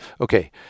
okay